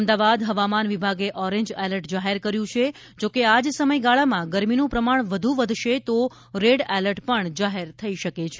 અમદાવાદ હવામાન વિભાગે orange alert જાહેર કર્યું છે જોકે આ જ સમયગાળામાં ગરમીનું પ્રમાણ વધુ વધશે તો રેડ એલર્ટ જાહેર થઈ શકે છે